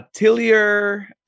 atelier